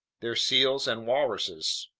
they're seals and walruses.